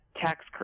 tax